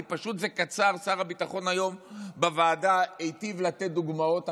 שר הביטחון היום בוועדה היטיב לתת דוגמאות,